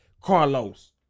Carlos